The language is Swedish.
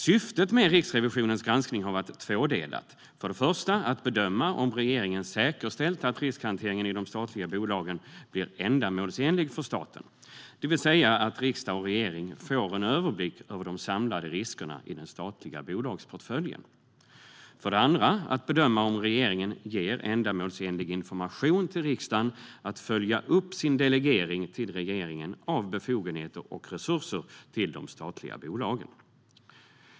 Syftet med Riksrevisionens granskning har varit tvådelat: för det första att bedöma om regeringen säkerställt att riskhanteringen i de statliga bolagen blir ändamålsenlig för staten, det vill säga att riksdag och regering får en överblick över de samlade riskerna i den statliga bolagsportföljen, och för det andra att bedöma om regeringen ger ändamålsenlig information till riksdagen så att den kan följa upp sin delegering till regeringen av befogenheter och resurser till de statliga bolagen.